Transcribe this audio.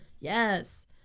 Yes